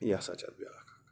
ہَے یہِ ہسا چھِ اَکھ بیٛاکھ حَظ